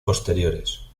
posteriores